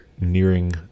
nearing